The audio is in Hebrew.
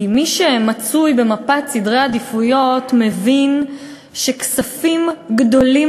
כי מי שמצוי במפת סדרי העדיפויות מבין שכספים גדולים